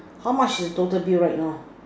how much your total bill right now